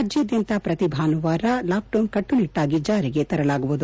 ರಾಜ್ಯಾದ್ಯಂತ ಪ್ರತಿ ಭಾನುವಾರ ಲಾಕ್ಡೌನ್ ಕಟ್ಟುನಿಟ್ಟಾಗಿ ಚಾರಿಗೆ ತರಲಾಗುವುದು